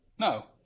no